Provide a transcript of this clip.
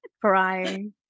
crying